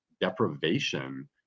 deprivation